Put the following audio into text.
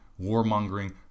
warmongering